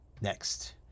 Next